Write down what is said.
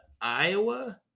Iowa